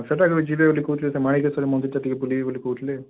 ସେଇଟାକୁ ଯିବେ ବୋଲି କହୁଥିଲେ ସେ ମାଣିକେଶ୍ୱରୀ ମନ୍ଦିରଟା ଟିକିଏ ବୁଲିବେ ବୋଲି କହୁଥିଲେ